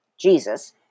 Jesus